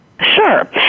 Sure